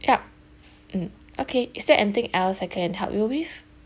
ya mm okay is there anything else I can help you with